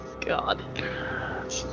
God